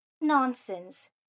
nonsense